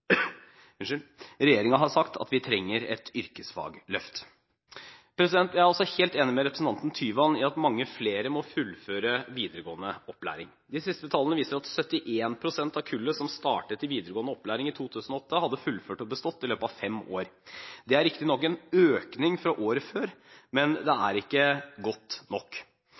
har sagt at vi trenger et yrkesfagløft. Jeg er også helt enig med representanten Tyvand i at mange flere må fullføre videregående opplæring. De siste tallene viser at 71 pst. av kullet som startet i videregående opplæring i 2008, hadde fullført og bestått i løpet av fem år. Det er riktignok en økning fra året før, men det